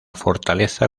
fortaleza